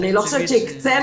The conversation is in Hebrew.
אני לא חושבת שהקצינו.